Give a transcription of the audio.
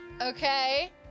Okay